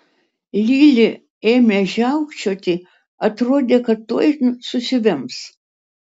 lili ėmė žiaukčioti atrodė kad tuoj susivems